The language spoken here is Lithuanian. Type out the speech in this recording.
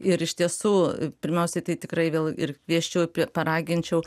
ir iš tiesų pirmiausiai tai tikrai vėl ir kviesčiau paraginčiau